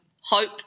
hope